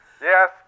Yes